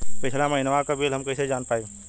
पिछला महिनवा क बिल हम कईसे जान पाइब?